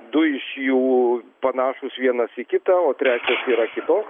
du iš jų panašūs vienas į kitą o trečias yra kitoks